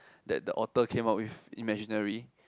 that the author came out with imaginary